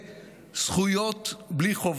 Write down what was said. בצבא?